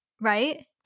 right